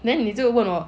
你就问我